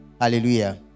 Hallelujah